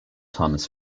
thomas